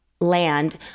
land